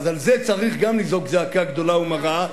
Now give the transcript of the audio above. אז על זה צריך גם לזעוק זעקה גדולה ומרה,